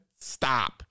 stop